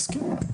מסכים.